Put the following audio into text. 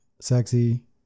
sexy